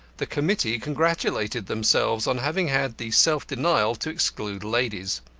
the committee congratulated themselves on having had the self-denial to exclude ladies.